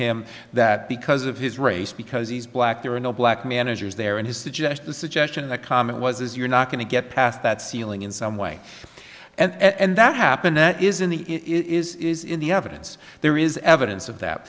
him that because of his race because he's black there are no black managers there and his suggestion a suggestion a comment was is you're not going to get past that ceiling in some way and that happened that is in the it is in the evidence there is evidence of that